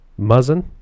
Muzzin